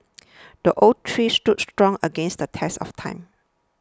the oak tree stood strong against the test of time